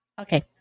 Okay